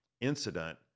incident